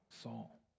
Saul